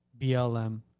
BLM